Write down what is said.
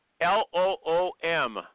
L-O-O-M